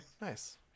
Nice